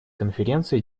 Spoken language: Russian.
конференция